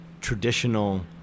traditional